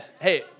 hey